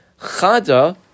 Chada